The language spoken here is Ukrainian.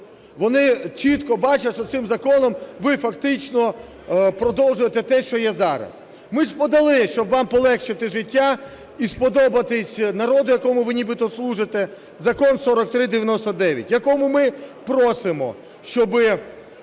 Вони чітко бачать, що цим законом ви фактично продовжуєте те, що є зараз. Ми ж подали, щоб вам полегшити життя і сподобатись народу, якому ви нібито служите, Закон 4399, у якому ми просимо, щоб